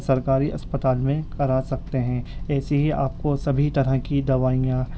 سرکاری اسپتال میں کرا سکتے ہیں ایسے ہی آپ کو سبھی طرح کی دوائیاں